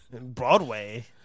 Broadway